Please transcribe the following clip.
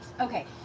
Okay